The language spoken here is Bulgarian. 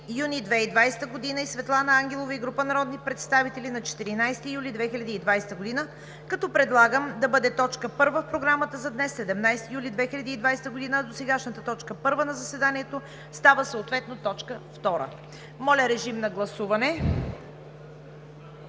Моля, режим на гласуване